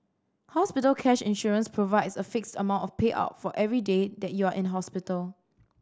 hospital cash insurance provides a fixed amount of payout for every day that you are in hospital